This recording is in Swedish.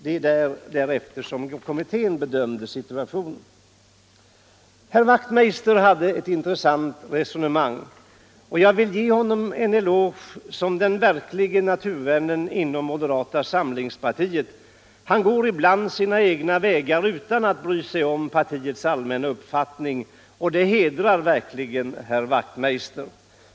Det är därefter som kommittén har bedömt situationen. Herr Wachtmeister i Johannishus förde ett intressant resonemang. Jag vill ge honom en eloge som den verklige naturvännen inom moderata samlingspartiet. Herr Wachtmeister går ibland sina egna vägar utan att bry sig om partiets allmänna uppfattning, och det hedrar verkligen herr Wachtmeister.